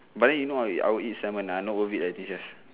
but then you know ah I'll eat salmon ah not worth it eighteen chef